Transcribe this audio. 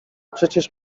przecież